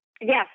Yes